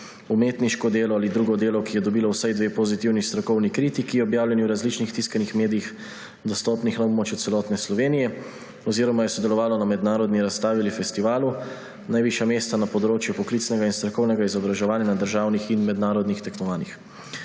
umetniško delo ali drugo delo, ki je dobilo vsaj dve pozitivni strokovni kritiki, objavljeni v različnih tiskanih medijih, dostopnih na območju celotne Slovenije, oziroma je sodelovalo na mednarodni razstavi ali festivalu, najvišja mesta na področju poklicnega in strokovnega izobraževanja na državnih in mednarodnih tekmovanjih.